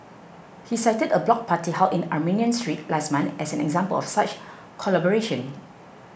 he cited a block party held in Armenian Street last month as an example of such collaboration